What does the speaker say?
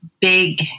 big